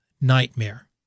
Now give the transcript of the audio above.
nightmare